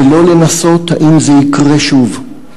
ולא לנסות האם זה יקרה שוב,